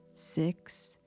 six